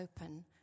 open